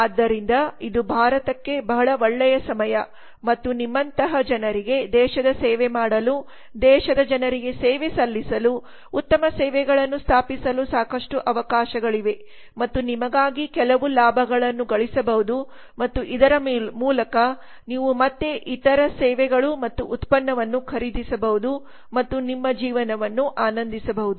ಆದ್ದರಿಂದ ಇದು ಭಾರತಕ್ಕೆ ಬಹಳ ಒಳ್ಳೆಯ ಸಮಯ ಮತ್ತು ನಿಮ್ಮಂತಹ ಜನರಿಗೆ ದೇಶದ ಸೇವೆ ಮಾಡಲು ದೇಶದ ಜನರಿಗೆ ಸೇವೆ ಸಲ್ಲಿಸಲು ಉತ್ತಮ ಸೇವೆಗಳನ್ನು ಸ್ಥಾಪಿಸಲು ಸಾಕಷ್ಟು ಅವಕಾಶಗಳಿವೆ ಮತ್ತು ನಿಮಗಾಗಿ ಕೆಲವು ಲಾಭಗಳನ್ನು ಗಳಿಸಬಹುದು ಮತ್ತು ಇದರ ಮೂಲಕ ನೀವು ಮತ್ತೆ ಇತರ ಸೇವೆಗಳು ಮತ್ತು ಉತ್ಪನ್ನವನ್ನು ಖರೀದಿಸಬಹುದು ಮತ್ತು ನಿಮ್ಮ ಜೀವನವನ್ನು ಆನಂದಿಸಬಹುದು